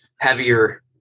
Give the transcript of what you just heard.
heavier